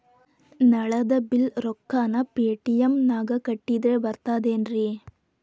ನಳದ್ ಬಿಲ್ ರೊಕ್ಕನಾ ಪೇಟಿಎಂ ನಾಗ ಕಟ್ಟದ್ರೆ ಬರ್ತಾದೇನ್ರಿ?